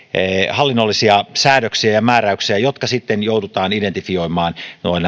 hallinnollisia säädöksiä ja määräyksiä jotka sitten joudutaan identifioimaan